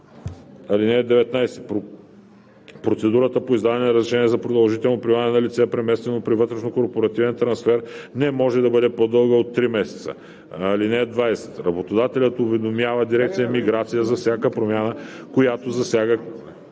(19) Процедурата по издаване на разрешение за продължително пребиваване на лице, преместено при вътрешнокорпоративен трансфер, не може да бъде по-дълга от три месеца. (20) Работодателят уведомява дирекция „Миграция“ за всяка промяна, която засяга